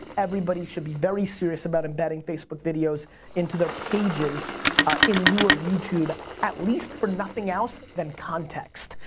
everybody should be very serious about embedding facebook videos into their pages in lieu of youtube at least for nothing else than context.